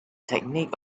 technique